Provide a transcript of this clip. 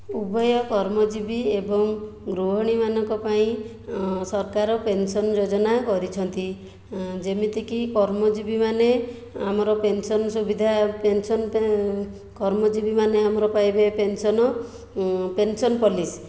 ଉଭୟ କର୍ମଜୀବି ଏବଂ ଗୃହିଣୀମାନଙ୍କ ପାଇଁ ସରକାର ପେନ୍ସନ୍ ଯୋଜନା କରିଛନ୍ତି ଯେମିତିକି କର୍ମଜୀବିମାନେ ଆମର ପେନ୍ସନ୍ ସୁବିଧା ପେନ୍ସନ୍ କର୍ମଜୀବିମାନେ ଆମର ପାଇବେ ପେନ୍ସନ୍ ପେନ୍ସନ୍ ପଲିସି